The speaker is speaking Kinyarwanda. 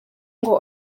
ngo